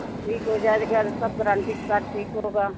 अब ठीक हो जाएगा क्या सब गरांटी के साथ ठीक होगा